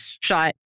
shot